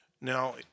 Now